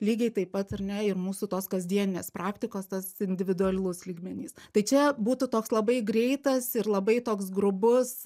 lygiai taip pat ar ne ir mūsų tos kasdieninės praktikos tas individualus lygmenys tai čia būtų toks labai greitas ir labai toks grubus